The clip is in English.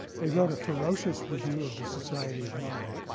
they wrote a ferocious review of the society of mind,